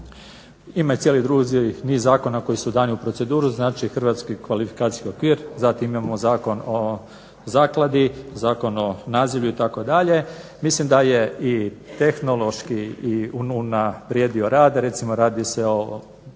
Ima i cijeli niz drugih zakona koji su dani u proceduru znači hrvatski kvalifikacijski okvir, zatim imamo Zakon o zakladi, Zakon o nazivlju itd. mislim da je i tehnološki … unaprijedio rad recimo radi se o